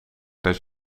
dat